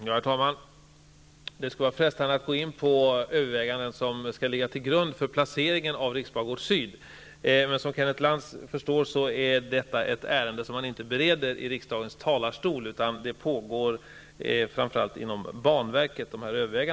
Herr talman! Det är frestande att gå in på de överväganden som skall ligga till grund för placeringen av riksbangård Syd. Som Kenneth Lantz säkert förstår är inte detta ett ärende som man bereder i riksdagens talarstol, utan övervägandena sker framför allt inom banverket.